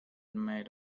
made